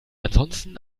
ansonsten